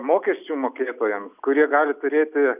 mokesčių mokėtojams kurie gali turėti